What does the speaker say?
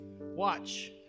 watch